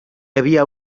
havia